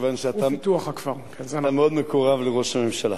מכיוון שאתה מאוד מקורב לראש הממשלה,